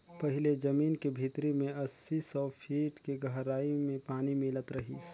पहिले जमीन के भीतरी में अस्सी, सौ फीट के गहराई में पानी मिलत रिहिस